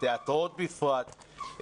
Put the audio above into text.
התיאטראות בפרט,